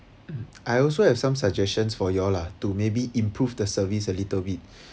I also have some suggestions for you all lah to maybe improve the service a little bit